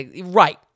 Right